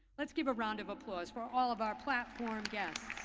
let's give a round of applause for all of our platform guests.